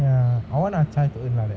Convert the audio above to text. ya I wanna achaath ஒரு நாள்:oru naal